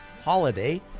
holiday